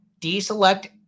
deselect